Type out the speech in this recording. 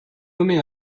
nommée